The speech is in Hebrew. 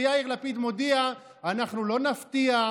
ויאיר לפיד מודיע: אנחנו לא נפתיע,